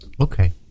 Okay